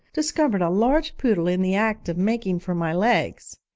discovered a large poodle in the act of making for my legs.